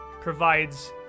provides